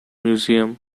museum